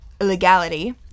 illegality